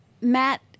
Matt